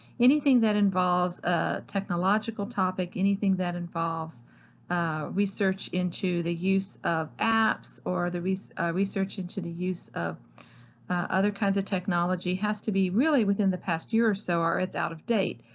anything that involves a technological topic, anything that involves research into the use of apps, or the research research into the use of other kinds of technology has to be really within the past year or so or it's out of date.